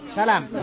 salam